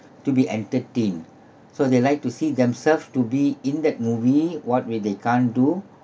to be entertained so they like to see themself to be in that movie what where they can't do